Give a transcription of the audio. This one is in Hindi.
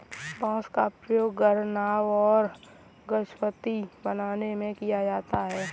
बांस का प्रयोग घर, नाव और अगरबत्ती बनाने में किया जाता है